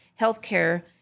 healthcare